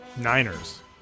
Niners